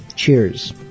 Cheers